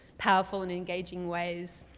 powerful and engaging ways.